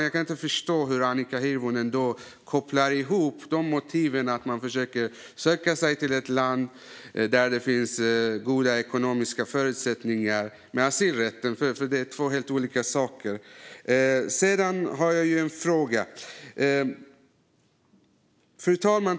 Jag kan inte förstå hur Annika Hirvonen kopplar ihop motivet att försöka söka sig till ett land där det finns goda ekonomiska förutsättningar med asylrätten, för det är två helt olika saker. Sedan, fru talman, har jag en fråga.